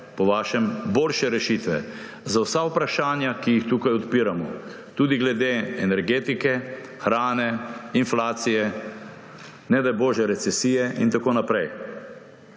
po vašem boljše rešitve za vsa vprašanja, ki jih tukaj odpiramo, tudi glede energetike, hrane, inflacije, nedaj bože recesije in tako naprej.